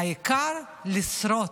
העיקר לשרוד.